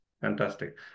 Fantastic